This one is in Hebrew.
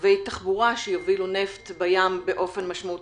קווי תחבורה שיובילו נפט בים באופן משמעותי